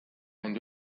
end